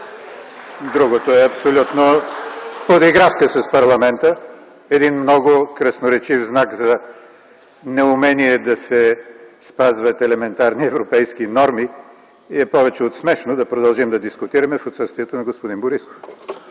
Другото е абсолютна подигравка с парламента, един много красноречив знак за неумение да се спазват елементарни европейски норми и е повече от смешно да продължим да дискутираме в отсъствието на господин Борисов.